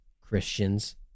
Christians